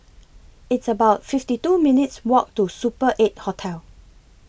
It's about fifty two minutes' Walk to Super eight Hotel